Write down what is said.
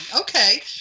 Okay